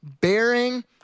bearing